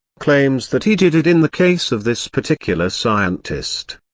claims that he did it in the case of this particular scientist.